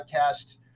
Podcast